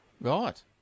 right